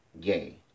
gay